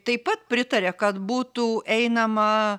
taip pat pritarė kad būtų einama